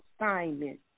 assignment